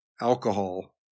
alcohol